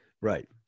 Right